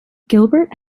gilbert